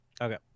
Okay